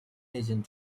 agent